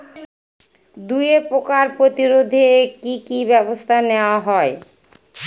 দুয়ে পোকার প্রতিরোধে কি কি ব্যাবস্থা নেওয়া হয়?